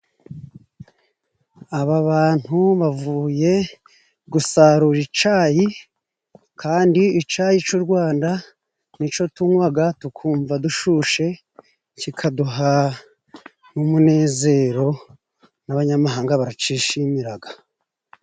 Aba bantu bavuye gusarura icayi kandi icayi c'u Rwanda ni co tunywaga tukumva dushushe, kikaduha n'umunezero, n'abanyamahanga baracishimiraga.